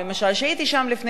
הייתי שם לפני שנה,